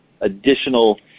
additional